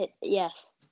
Yes